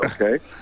okay